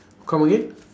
come again